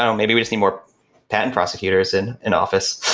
um maybe we just need more patent prosecutors in in office